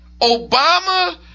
Obama